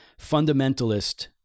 fundamentalist